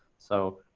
so,